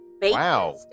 Wow